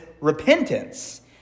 repentance